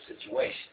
situation